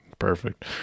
Perfect